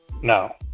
Now